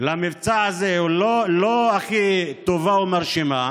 למבצע הזה לא הכי טובה או מרשימה,